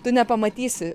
tu nepamatysi